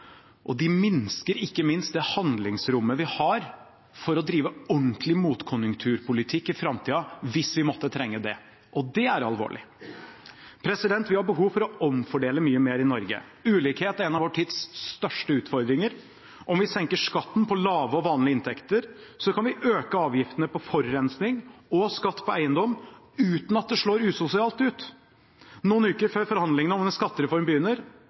og de minsker ikke minst det handlingsrommet vi har for å drive ordentlig motkonjunkturpolitikk i framtiden, hvis vi måtte trenge det. Og det er alvorlig. Vi har behov for å omfordele mye mer i Norge. Ulikhet er en av vår tids største utfordringer. Om vi senker skatten på lave og vanlige inntekter, kan vi øke avgiftene på forurensing og skatt på eiendom, uten at det slår usosialt ut. Noen uker før forhandlingene om en skattereform begynner,